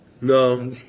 No